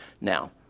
Now